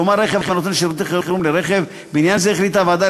כלומר רכב הנותן שירותי חירום לרכב בעניין זה החליטה הוועדה